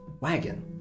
wagon